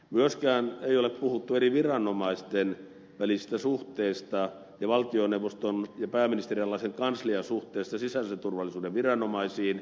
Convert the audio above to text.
myöskään ei ole puhuttu eri viranomaisten välisistä suhteista eikä valtioneuvoston ja pääministerin alaisen kanslian suhteesta sisäisen turvallisuuden viranomaisiin